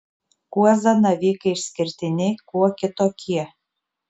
kuo zanavykai išskirtiniai kuo kitokie